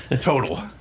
total